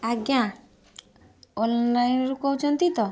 ଆଜ୍ଞା ଅନଲାଇନ୍ରୁ କହୁଛନ୍ତି ତ